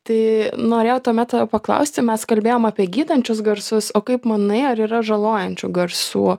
tai norėjau tuomet paklausti mes kalbėjom apie gydančius garsus o kaip manai ar yra žalojančių garsų